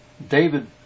David